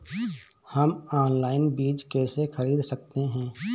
हम ऑनलाइन बीज कैसे खरीद सकते हैं?